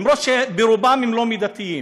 גם אם רובם הם לא מידתיים.